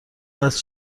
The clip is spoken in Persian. هست